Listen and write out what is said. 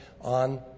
on